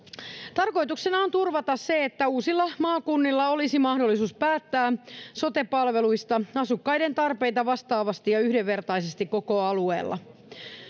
tarkoituksena on turvata se että uusilla maakunnilla olisi mahdollisuus päättää sote palveluista asukkaiden tarpeita vastaavasti ja yhdenvertaisesti koko alueella